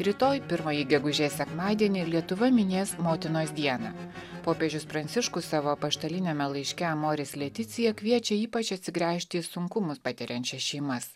rytoj pirmąjį gegužės sekmadienį lietuva minės motinos dieną popiežius pranciškus savo apaštaliniame laiške amoris leticija kviečia ypač atsigręžti į sunkumus patiriančias šeimas